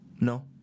no